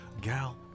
Gal